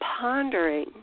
pondering